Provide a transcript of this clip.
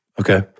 Okay